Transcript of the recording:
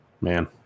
man